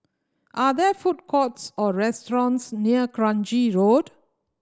are there food courts or restaurants near Kranji Road